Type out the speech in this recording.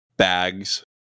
bags